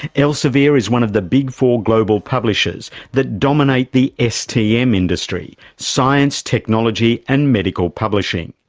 elsevier is one of the big four global publishers that dominate the stm industry science, technology and medical publishing.